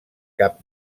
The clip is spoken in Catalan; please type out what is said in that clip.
cap